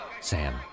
Sam